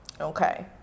Okay